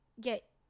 get